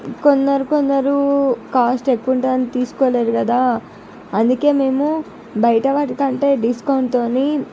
కొందరు కొందరు కాస్ట్ ఎక్కువ ఉంటుందని తీసుకోలేరు కదా అందుకే మేము బయట వాటికంటే డిస్కౌంట్తోనీ